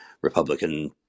Republican